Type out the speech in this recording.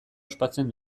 ospatzen